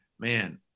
man